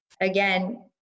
Again